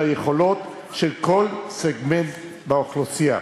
ליכולת של כל סגמנט באוכלוסייה,